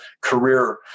career